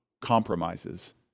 compromises